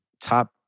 top